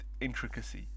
intricacy